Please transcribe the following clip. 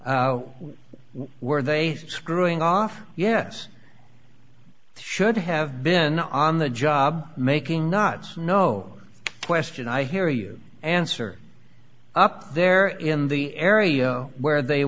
were they screwing off yes should have been on the job making knots no question i hear you answer up there in the area where they